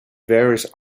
various